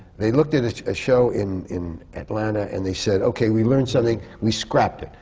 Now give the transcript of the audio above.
they looked at a ah show in in atlanta and they said, okay, we learned something. we scrapped it.